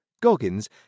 Goggins